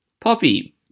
Poppy